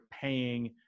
paying